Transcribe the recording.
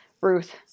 Ruth